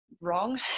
wrong